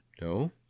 No